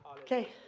Okay